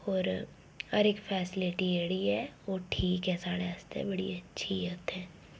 होर हर इक फैसलिटी जेह्ड़ी एह् ओह् ठीक ऐ साढ़े आस्तै बड़ी अच्छी ऐ उत्थें